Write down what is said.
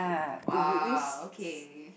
!wow! okay